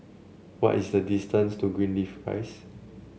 why is the distance to Greenleaf Rise